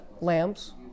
lamps